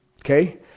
Okay